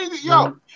yo